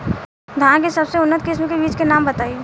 धान के सबसे उन्नत किस्म के बिज के नाम बताई?